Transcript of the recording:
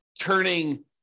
turning